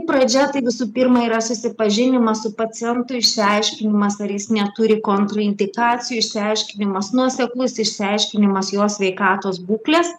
pradžia tai visų pirma yra susipažinimas su pacientu išsiaiškinimas ar jis neturi kontraindikacijų išsiaiškinimas nuoseklus išsiaiškinimas jo sveikatos būklės